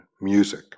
music